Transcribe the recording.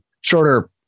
Shorter